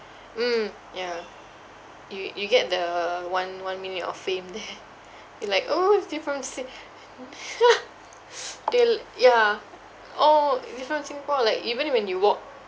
mm ya you you get the one one minute of fame there they're like oh you're from sing~ they'll ya oh you're from singapore like even when you walk